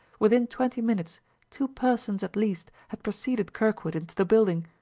within twenty minutes two persons, at least, had preceded kirkwood into the building!